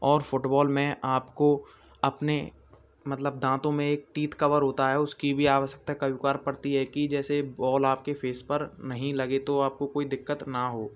और फ़ुटबॉल में आपको अपने मतलब दाँतों में एक टीथ कवर होता है उसकी भी आवश्यकता कभी कभार पड़ती है कि जैसे बॉल आपके फ़ेस पर नहीं लगे तो आपको कोई दिक़्क़त ना हो